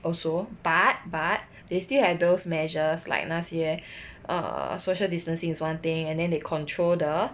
also but but they still have those measures like 那些 err social distancing is one thing and then they control the